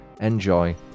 Enjoy